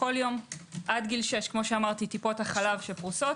כל יום עד גיל 6 טיפות החלב שפרוסות.